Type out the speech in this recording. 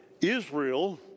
Israel